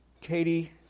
Katie